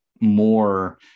more